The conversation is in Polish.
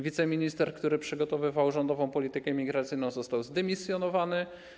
Wiceminister, który przygotowywał rządową politykę migracyjną, został zdymisjonowany.